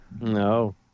No